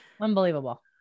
Unbelievable